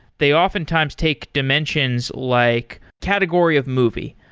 they oftentimes take dimensions like category of movie,